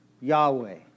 Yahweh